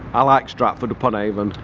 i like stratford-upon-avon.